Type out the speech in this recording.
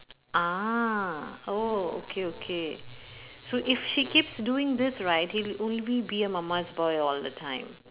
ah oh okay okay so if she keeps doing this right he'll only be a mama's boy all the time